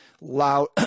loud